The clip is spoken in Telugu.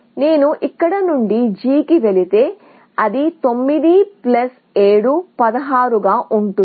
నేను ఇక్కడ నుండి G కి వెళితే అది 9 7 16 గా ఉంటుంది